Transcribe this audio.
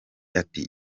ati